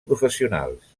professionals